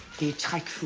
the tiger.